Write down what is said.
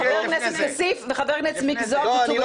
חבר הכנסת כסיף וחבר הכנסת מיקי זוהר, צאו בבקשה.